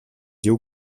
diu